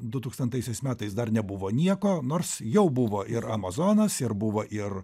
dutūkstantaisiais metais dar nebuvo nieko nors jau buvo ir amazonas ir buvo ir